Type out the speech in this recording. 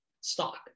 stock